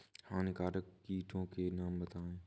हानिकारक कीटों के नाम बताएँ?